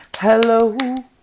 hello